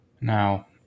now